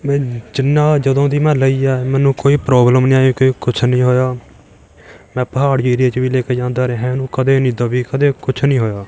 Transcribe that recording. ਜਿੰਨਾਂ ਜਦੋਂ ਦੀ ਮੈਂ ਲਈ ਆ ਮੈਨੂੰ ਕੋਈ ਪ੍ਰੋਬਲਮ ਨਹੀਂ ਆਈ ਕੋਈ ਕੁਛ ਨਹੀਂ ਹੋਇਆ ਮੈਂ ਪਹਾੜੀ ਏਰੀਆ 'ਚ ਵੀ ਲੈ ਕੇ ਜਾਂਦਾ ਰਿਹਾ ਇਹਨੂੰ ਕਦੇ ਨਹੀਂ ਦਬੀ ਕਦੇ ਕੁਛ ਨਹੀਂ ਹੋਇਆ